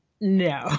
no